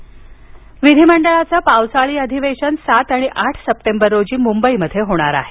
पावसाळी अधिवेशन विधिमंडळाचं पावसाळी अधिवेशनन सात आणि आठ सप्टेंबर रोजी मुंबईत होणार आहे